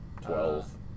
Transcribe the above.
Twelve